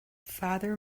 father